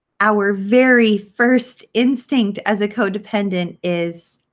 our very first instinct as a codependent is,